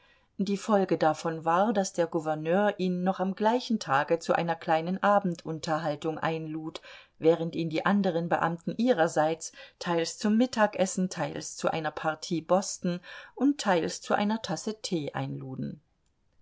die folge davon war daß der gouverneur ihn noch am gleichen tage zu einer kleinen abendunterhaltung einlud während ihn die anderen beamten ihrerseits teils zum mittagessen teils zu einer partie boston und teils zu einer tasse tee einluden